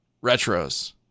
Retro's